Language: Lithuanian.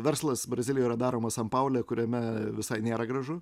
verslas brazilijoj yra daromas san paule kuriame visai nėra gražu